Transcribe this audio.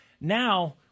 Now